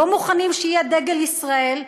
לא מוכנים שיהיה דגל ישראל,